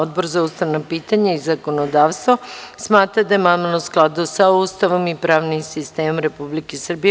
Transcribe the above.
Odbor za ustavna pitanja i zakonodavstvo smatra da je amandman u skladu sa Ustavom i pravnim sistemom Republike Srbije.